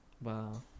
Wow